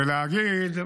ולהגיד: